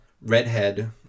redhead